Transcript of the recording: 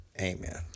amen